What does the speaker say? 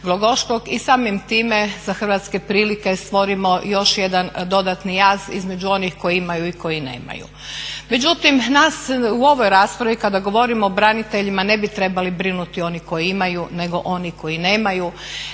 i samim time za hrvatske prilike stvorimo još jedan dodatni jaz između onih koji imaju i koji nemaju. Međutim, nas u ovoj raspravi kada govorimo o braniteljima ne bi trebali brinuti oni koji imaju nego oni koji nemaju.